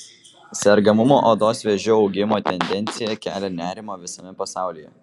sergamumo odos vėžiu augimo tendencija kelia nerimą visame pasaulyje